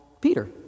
Peter